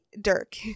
Dirk